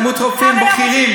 הרבה רופאים בכירים.